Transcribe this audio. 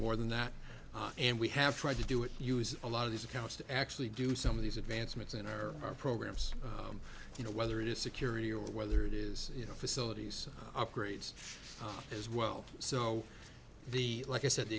more than that and we have tried to do it use a lot of these accounts to actually do some of these advancements in our or our programs you know whether it is security or whether it is you know facilities upgrades as well so the like i said the